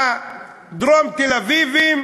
לדרום-תל-אביבים,